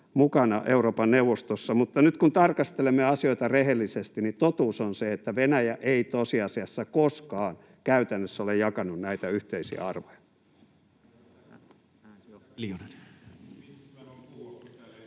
mutta nyt kun tarkastelemme asioita rehellisesti, niin totuus on se, että Venäjä ei tosiasiassa koskaan käytännössä ole jakanut näitä yhteisiä arvoja.